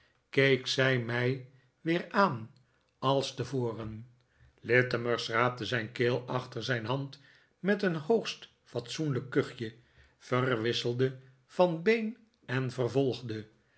keek zij mij weer aan als tevoren littimer schraapte zijn keel achter zijn hand met een hoogst fatsoenlijk kuchje verwisselde van been en vervolgde